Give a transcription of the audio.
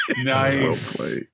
Nice